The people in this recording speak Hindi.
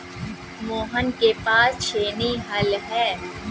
मोहन के पास छेनी हल है